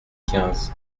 quinze